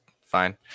fine